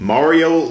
Mario